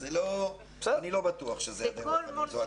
אז זה לא, אני לא בטוח שזו הדרך הנכונה.